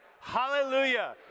Hallelujah